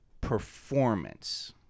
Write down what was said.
performance